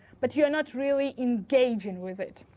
but you're not really engaging with it.